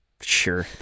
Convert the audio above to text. sure